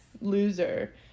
loser